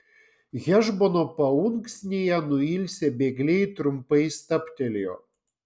hešbono paunksnėje nuilsę bėgliai trumpai stabtelėjo